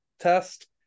test